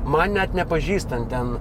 man net nepažįstant ten